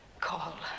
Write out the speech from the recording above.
call